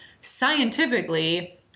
scientifically